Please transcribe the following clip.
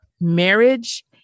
marriage